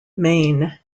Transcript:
maine